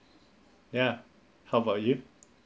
ya how about you